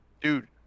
Dude